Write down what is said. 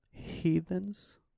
heathens